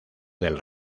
del